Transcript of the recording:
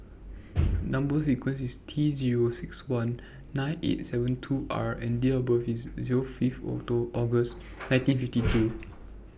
Number sequence IS T Zero six one nine eight seven two R and Date of birth IS Zero Fifth August nineteen fifty two